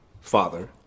Father